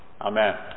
Amen